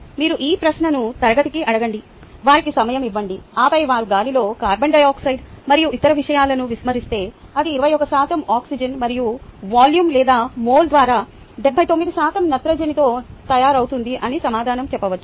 మీరు ఈ ప్రశ్నను తరగతికి అడగండి వారికి సమయం ఇవ్వండి ఆపై వారు గాలిలో కార్బన్ డయాక్సైడ్ మరియు ఇతర విషయాలను విస్మరిస్తే అది 21 శాతం ఆక్సిజన్ మరియు వాల్యూమ్ లేదా మోల్ ద్వారా 79 శాతం నత్రజనితో తయారవుతుంది అని సమాధానం చెప్పవచ్చు